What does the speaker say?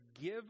give